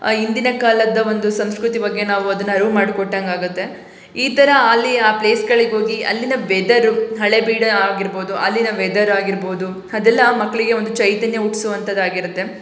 ಹಿಂದಿನ ಕಾಲದ ಒಂದು ಸಂಸ್ಕೃತಿ ಬಗ್ಗೆ ನಾವು ಅದನ್ನು ಅರಿವು ಮಾಡಿಕೊಟ್ಟಂಗಾಗತ್ತೆ ಈ ಥರ ಅಲ್ಲಿ ಆ ಪ್ಲೇಸ್ಗಳಿಗೆ ಹೋಗಿ ಅಲ್ಲಿನ ವೆದರು ಹಳೆಬೀಡು ಆಗಿರ್ಬೋದು ಅಲ್ಲಿನ ವೆದರ್ ಆಗಿರ್ಬೋದು ಅದೆಲ್ಲ ಮಕ್ಕಳಿಗೆ ಒಂದು ಚೈತನ್ಯ ಹುಟ್ಸುವಂಥದಾಗಿರುತ್ತೆ